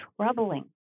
troubling